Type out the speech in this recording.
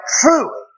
truly